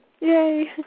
Yay